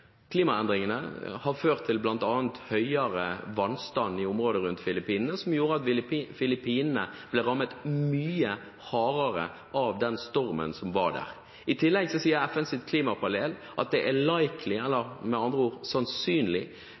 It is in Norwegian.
klimaendringene bl.a. har ført til høyere vannstand i området rundt Filippinene, noe som gjorde at Filippinene ble mye hardere rammet av den stormen som var der. I tillegg sier FNs klimapanel at det er sannsynlig